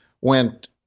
went